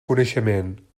coneixement